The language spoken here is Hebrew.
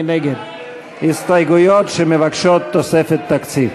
מי נגד ההסתייגויות שמבקשות תוספת תקציב?